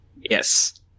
Yes